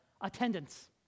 attendance